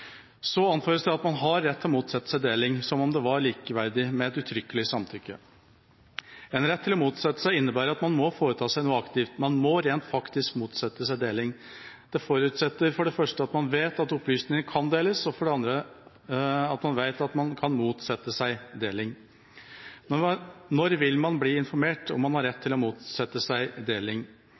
Så anføres det at man har rett til å motsette seg deling, som om det var likeverdig med et uttrykkelig samtykke. En rett til å motsette seg innebærer at man må foreta seg noe aktivt – man må rent faktisk motsette seg deling. Det forutsetter for det første at man vet at opplysningene kan deles, og for det andre at man vet at man kan motsette seg deling. Når vil man bli informert om at man har rett til å motsette seg deling?